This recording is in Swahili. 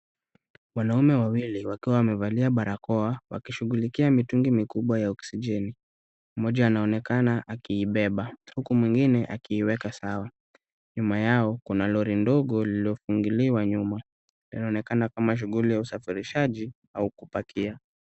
Wanaume wawili wakiwa wamevalia barakoa wakishughulikia mitungi mikubwa ya oxygen .Mmoja anaonekana akiibeba huku mwengine akiiweka sawa. Nyuma yao kuna lori ndogo lililofunguliwa nyuma. Inaonekana kama shughuli ya usafirishaji au kupakia.